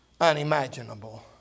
unimaginable